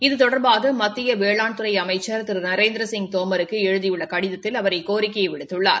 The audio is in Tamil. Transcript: இது தொடர்பாக மத்திய வேளாண்துறை அமைச்ச் திரு நரேந்திரசிங் தோமருக்கு எழுதியுள்ள கடிதத்தில் அவர் இக்கோரிக்கையை விடுத்துள்ளார்